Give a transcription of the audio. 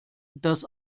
dass